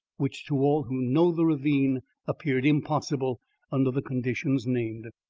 which to all who know the ravine appeared impossible under the conditions named.